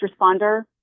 responder